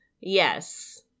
Yes